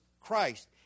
Christ